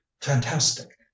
fantastic